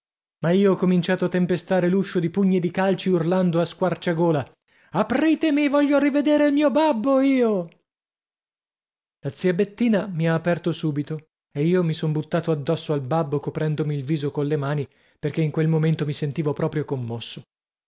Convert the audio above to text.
ma io ho incominciato a tempestare l'uscio di pugni e di calci urlando a squarciagola apritemi voglio rivedere il mio babbo io la zia bettina mi ha aperto subito e io mi son buttato addosso al babbo coprendomi il viso colle mani perché in quel momento mi sentivo proprio commosso